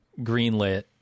greenlit